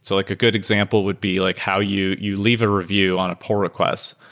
so like a good example would be like how you you leave a review on a pull request.